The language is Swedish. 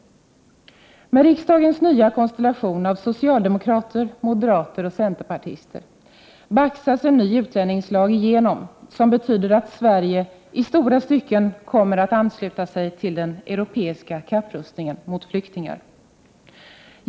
Med riksdagens nya konstellation av socialdemokrater, moderater och centerpartister baxas en ny utlänningslag igenom som betyder att Sverige i stora stycken kommer att ansluta sig till den europeiska kapprustningen mot flyktingar.